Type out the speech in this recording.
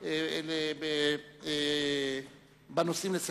ובכן, 19